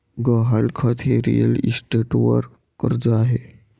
गहाणखत हे रिअल इस्टेटवर कर्ज आहे